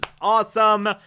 awesome